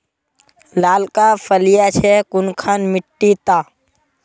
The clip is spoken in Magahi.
लालका फलिया छै कुनखान मिट्टी त?